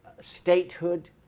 statehood